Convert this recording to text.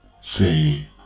say